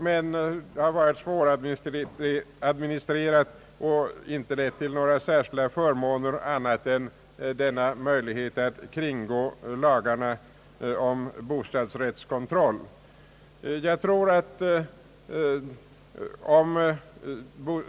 Det har varit svåradministrerat och inte lett till några andra förmåner än möjligheten att kringgå lagarna om bostadsrättskontroll.